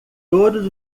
todos